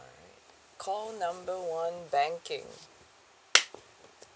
alright call number one banking